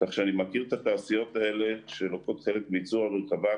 כך שאני מכיר את התעשיות האלה שלוקחות כחלק בייצור המרכזי,